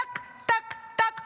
טק טק טק,